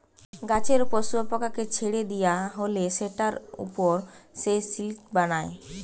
গাছের উপর শুয়োপোকাকে ছেড়ে দিয়া হলে সেটার উপর সে সিল্ক বানায়